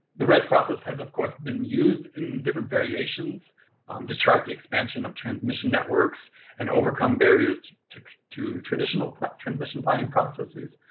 the rez process has of course been used in different variations to chart the expansion of transmission networks and overcome barriers to to traditional but transmission planning processes,